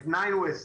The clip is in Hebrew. "ניין ווסט",